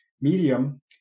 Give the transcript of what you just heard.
medium